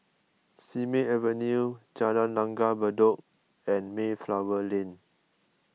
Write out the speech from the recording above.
Simei Avenue Jalan Langgar Bedok and Mayflower Lane